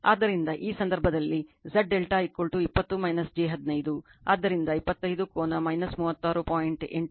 ಆದ್ದರಿಂದ ಈ ಸಂದರ್ಭದಲ್ಲಿ Z ∆ 20 j 15 ಆದ್ದರಿಂದ 25 ಕೋನ 36